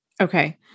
Okay